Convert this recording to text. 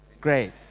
Great